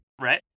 Right